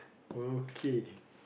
okay